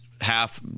half